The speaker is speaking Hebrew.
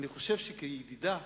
אני חושב שכידידה,